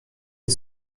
nie